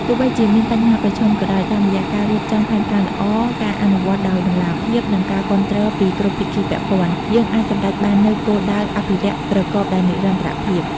ទោះបីជាមានបញ្ហាប្រឈមក៏ដោយ តាមរយៈការរៀបចំផែនការល្អ ការអនុវត្តដោយតម្លាភាព និងការគាំទ្រពីគ្រប់ភាគីពាក់ព័ន្ធ យើងអាចសម្រេចបាននូវគោលដៅអភិរក្សប្រកបដោយនិរន្តរភាព។